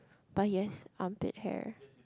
but he has armpit hair